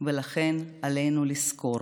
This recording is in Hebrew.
לכן עלינו לזכור